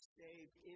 saved